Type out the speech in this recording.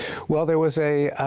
well, there was a.